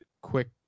quick